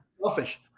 selfish